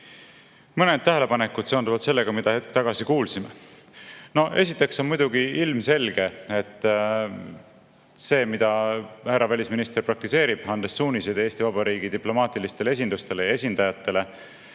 Mõned tähelepanekud seonduvalt sellega, mida hetk tagasi kuulsime. Esiteks on muidugi ilmselge, et see, mida härra välisminister praktiseerib, andes suuniseid Eesti Vabariigi diplomaatilistele esindustele ja esindajatele